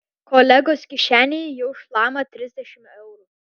kolegos kišenėje jau šlama trisdešimt eurų